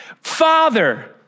Father